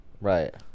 right